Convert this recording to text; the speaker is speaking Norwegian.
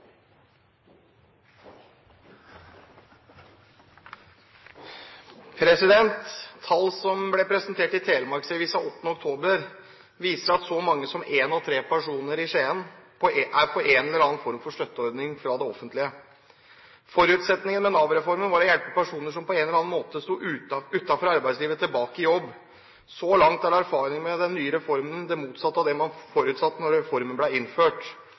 det offentlige. Forutsetningen med Nav-reformen var å hjelpe personer som på en eller annen måte sto utenfor arbeidslivet, tilbake i jobb. Så langt er erfaringene med den nye reformen det motsatte av det man forutsatte da reformen ble innført.